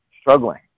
struggling